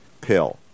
pill